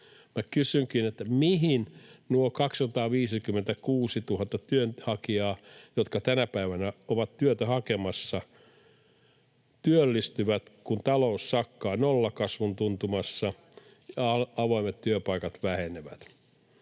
kysynkin: mihin nuo 256 000 työnhakijaa, jotka tänä päivänä ovat työtä hakemassa, työllistyvät, kun talous sakkaa nollakasvun tuntumassa ja avoimet työpaikat vähenevät?